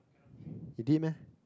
he did meh